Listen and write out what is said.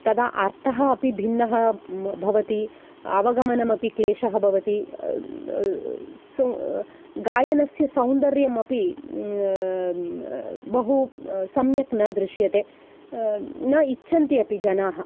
तदा अर्थः अपि भिन्नः भवति अवगमनमपि क्लेशः भवति स गायनस्य सौन्दर्यमपि बहुसम्यक् न दृश्यते न इच्छन्ति अपि जनाः